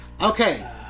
Okay